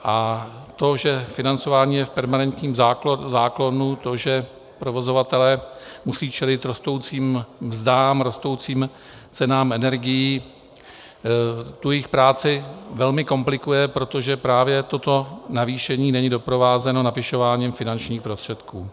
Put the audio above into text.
A to, že financování je v permanentním záklonu, to, že provozovatelé musí čelit rostoucím mzdám, rostoucím cenám energií, jejich práci velmi komplikuje, protože právě toto navýšení není doprovázeno navyšováním finančních prostředků.